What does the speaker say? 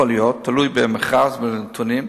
יכול להיות, זה תלוי במכרז ובנתונים.